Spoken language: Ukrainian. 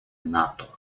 нато